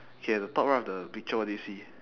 okay at the top right of the picture what do you see